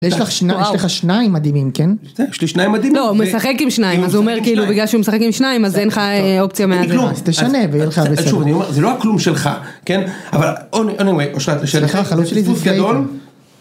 יש לך שניים מדהימים כן. יש לי שניים מדהימים. לא הוא משחק עם שניים אז הוא אומר כאילו בגלל שהוא משחק עם שניים אז אין לך אופציה מעט. אז תשנה ויהיה לך בסדר. זה לא הכלום שלך כן. אבל אני אומר אושרת. זה פספוס גדול.